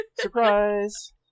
Surprise